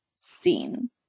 seen